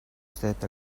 стоят